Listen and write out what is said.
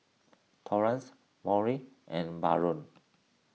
Torrance Maury and Baron